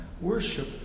Worship